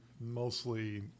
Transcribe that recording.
mostly